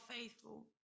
faithful